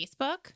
Facebook